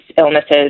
illnesses